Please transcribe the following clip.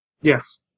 Yes